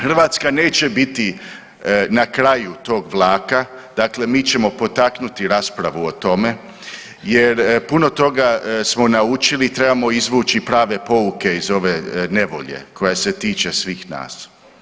Hrvatska neće biti na kraju tog vlaka, dakle mi ćemo potaknuti raspravu o tome jer puno toga smo naučili i trebamo izvući prave pouke iz ove nevolje koja se tiče svih nas.